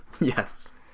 Yes